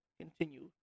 continue